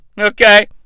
Okay